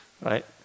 Right